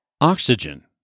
Oxygen